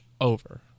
over